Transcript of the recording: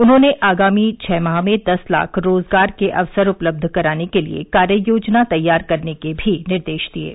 उन्होंने आगामी छह माह में दस लाख रोजगार के अवसर उपलब्ध कराने के लिए कार्ययोजना तैयार करने के भी निर्देश दिए हैं